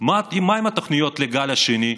מה עם התוכניות לגל השני?